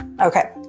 Okay